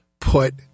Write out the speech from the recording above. put